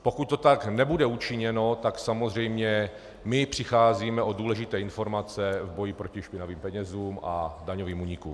Pokud to tak nebude učiněno, tak samozřejmě my přicházíme o důležité informace v boji proti špinavým penězům a daňovým únikům.